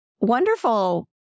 wonderful